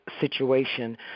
situation